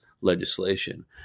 legislation